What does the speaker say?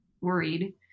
worried